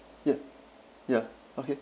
yup ya okay